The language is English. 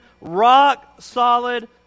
rock-solid